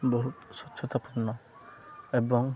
ବହୁତ ସ୍ୱଚ୍ଛତାପୂର୍ଣ୍ଣ ଏବଂ